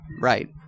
right